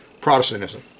Protestantism